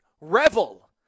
revel